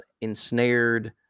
ensnared